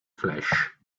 flash